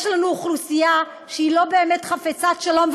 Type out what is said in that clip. יש לנו אוכלוסייה שהיא לא באמת חפצת-שלום,